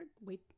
wait